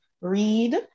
read